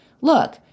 look